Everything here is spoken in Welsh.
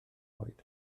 oed